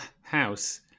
house